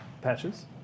Patches